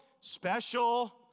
special